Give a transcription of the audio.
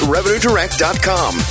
RevenueDirect.com